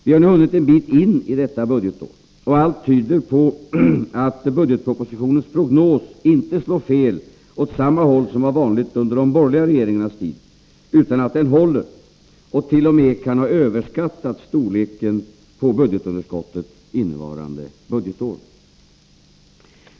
Vi har nu hunnit en bit in i detta budgetår, och allt tyder på att budgetpropositionens prognos inte slår fel åt samma håll som var vanligt under de borgerliga regeringarnas tid utan håller och t.o.m. kan ha överskattat storleken på budgetunderskottet för innevarande budgetår.